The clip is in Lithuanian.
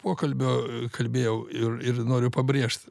pokalbio kalbėjau ir ir noriu pabrėžti